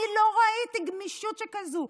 אני לא ראיתי גמישות שכזו.